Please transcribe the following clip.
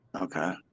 Okay